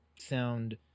sound